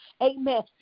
Amen